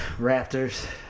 Raptors